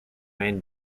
main